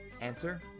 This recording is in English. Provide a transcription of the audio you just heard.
answer